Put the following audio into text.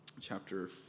chapter